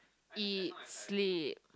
it sleep